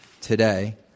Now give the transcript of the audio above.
today